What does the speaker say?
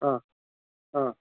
ಹಾಂ ಹಾಂ